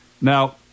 Now